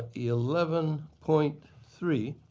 eleven point three,